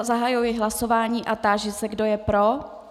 Zahajuji hlasování a táži se, kdo je pro.